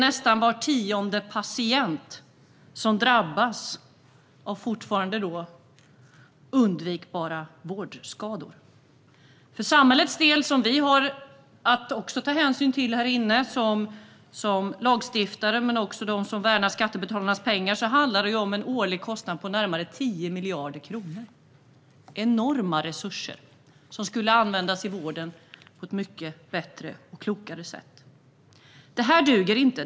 Nästan var tionde patient drabbas av vårdskador som är undvikbara. För samhällets del, som vi som lagstiftare och vi som värnar skattebetalarnas pengar också har att ta hänsyn till, handlar det om en årlig kostnad på närmare 10 miljarder kronor. Det är enorma resurser, som skulle kunna användas i vården på ett mycket bättre och klokare sätt. Detta duger inte.